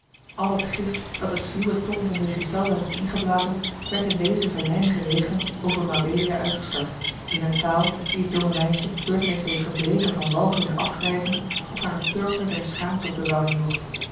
al het gift dat de sluwe tong van de ghiselles hem had ingeblazen werd in deze venijnige regelen over mabelia uitgestort in eene taal die het jonge meisje beurtelings deed verbleeken van walging en afgrijzen of haar het purper der schaamte op de wangen joeg